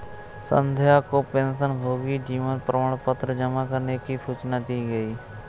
संध्या को पेंशनभोगी जीवन प्रमाण पत्र जमा करने की सूचना दी गई